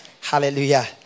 Hallelujah